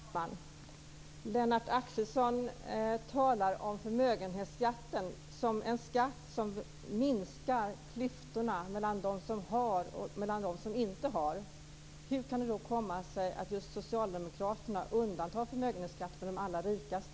Fru talman! Lennart Axelsson talar om förmögenhetsskatten som en skatt som minskar klyftorna mellan dem som har och dem som inte har. Hur kan det då komma sig att just socialdemokraterna undantar de allra rikaste från förmögenhetsskatt?